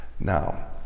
Now